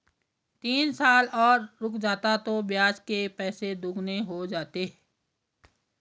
तीन साल और रुक जाता तो ब्याज के पैसे दोगुने हो जाते